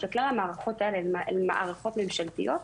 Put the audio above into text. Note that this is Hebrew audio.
שכלל המערכות האלה הן מערכות ממשלתיות,